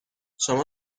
شما